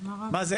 מה זה,